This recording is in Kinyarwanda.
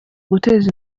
guteza